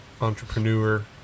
entrepreneur